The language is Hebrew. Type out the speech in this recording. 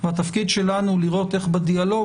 והתפקיד שלנו לראות איך בדיאלוג,